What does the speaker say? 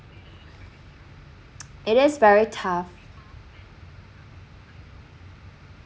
it is very tough